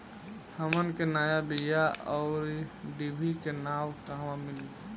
हमन के नया बीया आउरडिभी के नाव कहवा मीली?